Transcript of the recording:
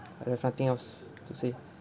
I have nothing else to say